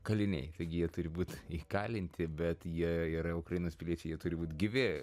kaliniai jie turi būt įkalinti bet jie yra ukrainos piliečiai jie turi būt gyvi